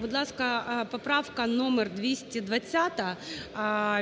Будь ласка, поправка номер 220